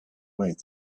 wait